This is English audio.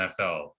nfl